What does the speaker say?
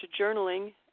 journaling